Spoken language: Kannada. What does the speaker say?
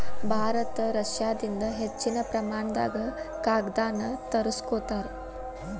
ಭಾರತ ರಷ್ಯಾದಿಂದ ಹೆಚ್ಚಿನ ಪ್ರಮಾಣದಾಗ ಕಾಗದಾನ ತರಸ್ಕೊತಾರ